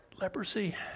leprosy